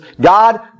God